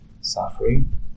suffering